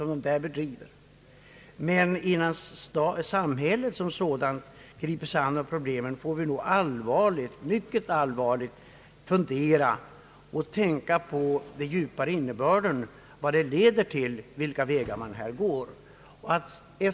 Men innan samhället som sådant griper sig an med problemen får vi nog mycket allvarligt fundera på den djupare innebörden, vart de vägar leder, som man här skulle gå.